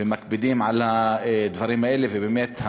ומקפידים על הדברים האלה, ובאמת,